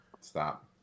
Stop